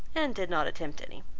and did not attempt any.